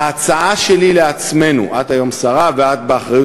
ההצעה שלי לעצמנו את היום שרה ואת באחריות